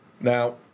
Now